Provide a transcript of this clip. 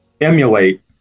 emulate